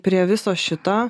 prie viso šito